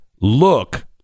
look